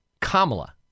Kamala